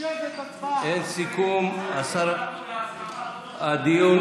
אין סיכום, הדיון